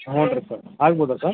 ಹ್ಞೂ ರಿ ಸರ್ ಆಗ್ಬೋದಾ ಸರ್